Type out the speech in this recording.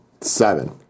Seven